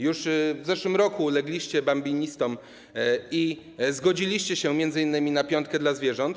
Już w zeszłym roku ulegliście bambinistom i zgodziliście się m.in. na piątkę dla zwierząt.